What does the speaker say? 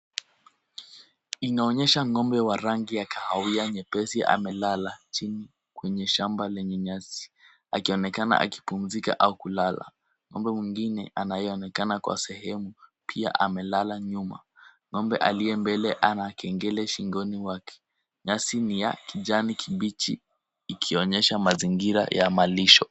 Inaonyesha ng'ombe wa rangi ya kahawia nyepesi amelala chini kwenye shamba lenye nyasi akionekana akipumzika au kulala. Ng'ombe mwingine anayeonekana kwa sehemu pia amelala nyuma. Ng'ombe aliye mbele ana kengele shingoni mwake. Nyasi ni ya kijani kibichi ikionyesha mazingira ya malisho.